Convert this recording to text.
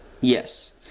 yes